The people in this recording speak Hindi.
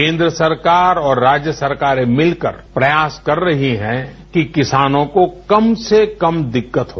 केन्द्र सरकार और राज्य सरकारें मिलकर प्रयास कर रही हैं कि किसानों को कम से कम दिक्कत हो